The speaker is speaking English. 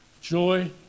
joy